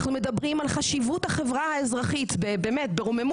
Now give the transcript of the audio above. אנחנו מדברים על חשיבות החברה האזרחית ברוממות,